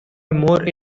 more